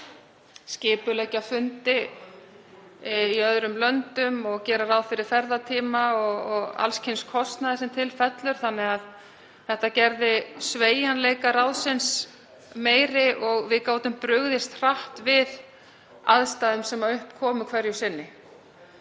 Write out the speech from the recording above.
skipuleggja fundi í öðrum löndum og gera ráð fyrir ferðatíma og alls kyns kostnaði sem til fellur. Þetta gerði sveigjanleika ráðsins meiri. Við gátum brugðist hratt við aðstæðum sem upp komu hverju sinni